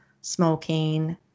smoking